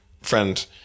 friend